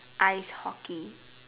ice hockey